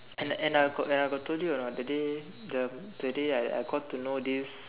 and I and I got and I got told you or not that day the that day I I got to know this